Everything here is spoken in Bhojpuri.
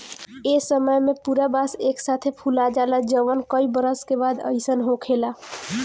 ए समय में पूरा बांस एक साथे फुला जाला जवन कई बरस के बाद अईसन होखेला